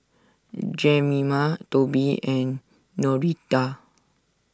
Jemima Toby and Noretta